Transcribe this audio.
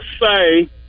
say